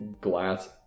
glass